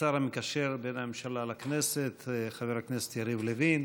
השר המקשר בין הממשלה לכנסת חבר הכנסת יריב לוין.